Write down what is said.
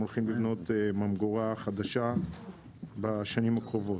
הולכים לבנות ממגורה חדשה בשנים הקרובות.